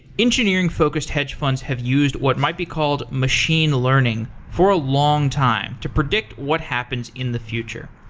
engineering-focused hedge funds have used what might be called machine learning for a longtime to predict what happens in the future.